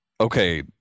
okay